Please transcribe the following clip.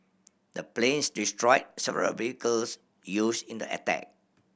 the planes destroyed several vehicles used in the attack